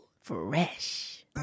Fresh